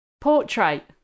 portrait